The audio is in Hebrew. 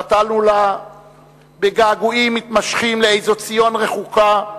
חטאנו לה בגעגועים מתמשכים לאיזו "ציון" רחוקה,